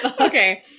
okay